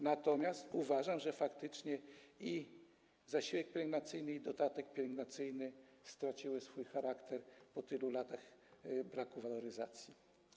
Natomiast uważam, że faktycznie i zasiłek pielęgnacyjny, i dodatek pielęgnacyjny straciły swój charakter po tylu latach braku waloryzacji.